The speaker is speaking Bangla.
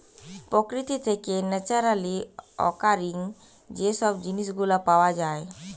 প্রকৃতি থেকে ন্যাচারালি অকারিং যে সব জিনিস গুলা পাওয়া যায়